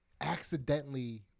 accidentally